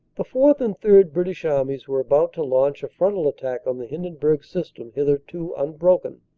the fourth and third british armies were about to launch a frontal attack on the hindenburg system, hitherto unhroken,